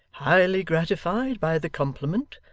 highly gratified by the compliment,